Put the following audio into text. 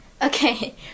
okay